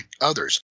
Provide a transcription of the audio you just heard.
others